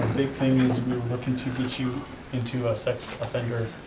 thing is we were looking to get you into a sex offender